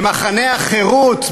במחנה החירות,